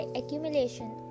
accumulation